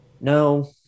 no